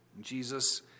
Jesus